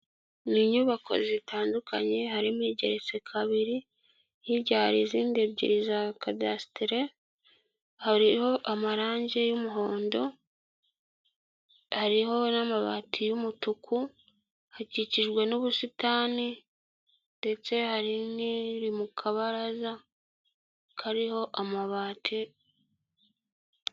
Ni inyubako zitandukanye harimo igeretse kabiri, hirya hari izindi ebyiri za kadasitere; hariho amarangi y'umuhondo, hariho n'amabati y'umutuku akikijwe n'ubusitani, ndetse hari n'iri mu kabaraza kariho amabati.